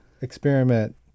experiment